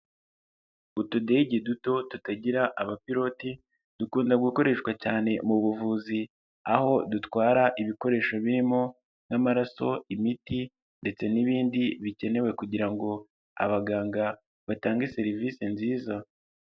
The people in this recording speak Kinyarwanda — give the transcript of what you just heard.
Utudege duto tutagira abapiloti dukunda gukoreshwa cyane mu buvuzi aho dutwara ibikoresho birimo nk'amaraso, imiti, ndetse n'ibindi bikenewe kugira ngo abaganga batange serivisi nziza.